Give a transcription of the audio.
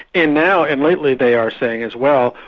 and now and lately they are saying as well,